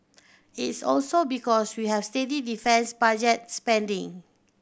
it's also because we have steady defence budget spending